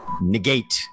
negate